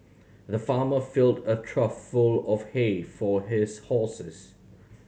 the farmer filled a trough full of hay for his horses